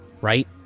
right